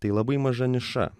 tai labai maža niša